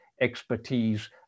expertise